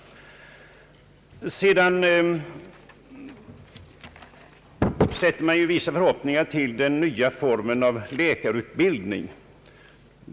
Vidare ställer man vissa förhoppningar till den nya formen av läkarutbildning.